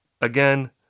again